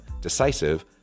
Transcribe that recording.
decisive